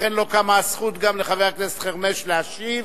לא קמה הזכות גם לחבר הכנסת חרמש להשיב,